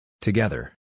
Together